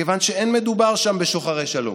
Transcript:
מכיוון שאין מדובר שם בשוחרי שלום,